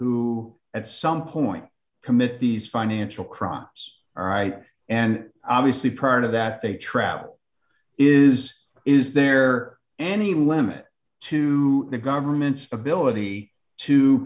who at some point commit these financial crimes all right and obviously part of that they trap is is there any limit to the government's ability to